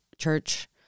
church